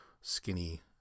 Skinny